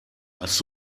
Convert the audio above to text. hast